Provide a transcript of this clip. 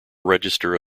register